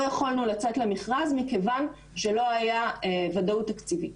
יכולנו לצאת למכרז מכיוון שלא הייתה ודאות תקציבית.